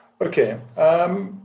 Okay